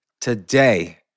today